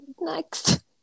Next